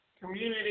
community